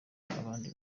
abandi